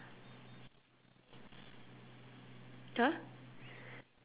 !huh!